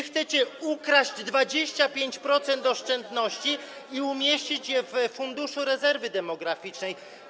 Chcecie ukraść 25% oszczędności i umieścić je w Funduszu Rezerwy Demograficznej.